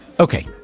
Okay